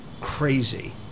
crazy